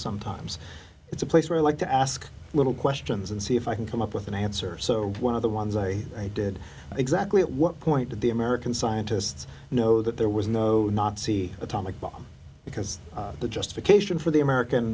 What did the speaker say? sometimes it's a place where i like to ask little questions and see if i can come up with an answer so one of the ones i did exactly at what point did the american scientists know that there was no nazi atomic bomb because the justification for the american